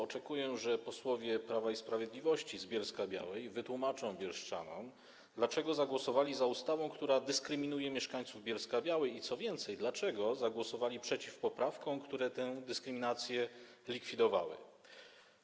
Oczekuję, że posłowie Prawa i Sprawiedliwości z Bielska-Białej wytłumaczą bielszczanom, dlaczego zagłosowali za ustawą, która dyskryminuje mieszkańców Bielska-Białej, i co więcej, dlaczego zagłosowali przeciw poprawkom, które tę dyskryminację likwidowały.